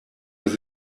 das